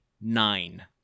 nine